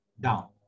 down